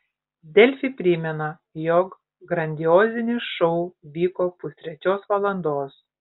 delfi primena jog grandiozinis šou vyko pustrečios valandos